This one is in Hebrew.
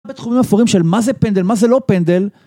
בתחומים אפורים של מה זה פנדל, ומה זה לא פנדל